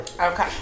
Okay